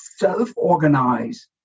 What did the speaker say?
self-organize